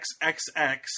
XXX